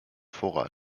vorrat